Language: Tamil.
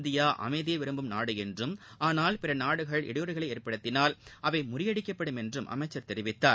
இந்தியா அமைதியை விரும்பும் நாடு என்றும் ஆனால் பிற நாடுகள் இடையூறுகளை ஏற்படுத்தினால் அவை முறியடிக்கப்படும் என்றும் அமைச்சர் தெரிவித்தார்